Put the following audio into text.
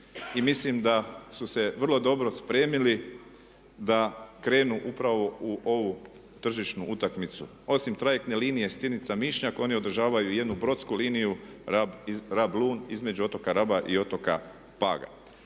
mislim da su se vrlo dobro spremili da krenu upravo u ovu tržišnu utakmicu. Osim trajektne linije Stinica-Mišnjak oni održavaju i jednu brodsku liniju Rab-Lun između otoka Raba i otoka Paga.